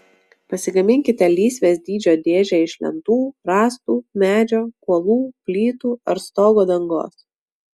pasigaminkite lysvės dydžio dėžę iš lentų rąstų medžio kuolų plytų ar stogo dangos